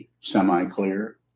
semi-clear